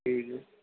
جی جی